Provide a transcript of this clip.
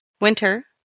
winter